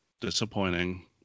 Disappointing